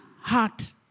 heart